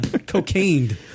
cocaine